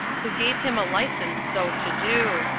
who gave him a license so to do.